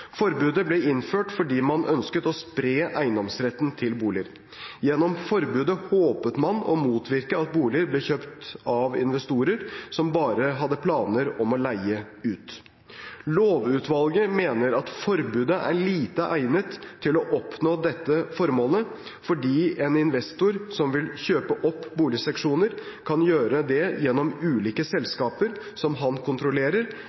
Forbudet ble innført fordi man ønsket å spre eiendomsretten til boliger. Gjennom forbudet håpet man å motvirke at boliger ble kjøpt av investorer som bare hadde planer om å leie ut. Lovutvalget mener at forbudet er lite egnet til å oppnå dette formålet, fordi en investor som vil kjøpe opp boligseksjoner, kan gjøre det gjennom ulike selskaper som han kontrollerer,